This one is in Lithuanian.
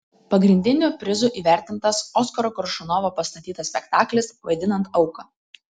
pagrindiniu prizu įvertintas oskaro koršunovo pastatytas spektaklis vaidinant auką